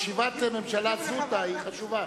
ישיבת ממשלה זוטא היא חשובה.